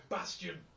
Bastion